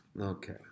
Okay